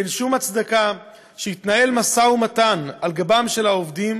אין שום הצדקה שיתנהל משא-ומתן על גבם של העובדים